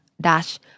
dash